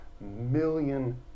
million